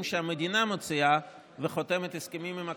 שהמדינה מוציאה וחותמת הסכמים עם הקבלנים,